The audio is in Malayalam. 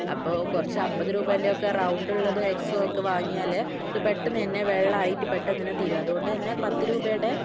അപ്പോൾ കുറച്ച് അമ്പത് രൂപേൻ്റെയൊക്കെ റൗണ്ടുള്ളത് എക്സോ ഒക്കെ വാങ്ങിയാൽ പെട്ടെന്ന് തന്നെ വെള്ളമായിട്ട് പെട്ടെന്ന് തന്നെ തീരും അതുകൊണ്ട് തന്നെ പത്ത് രൂപയുടെ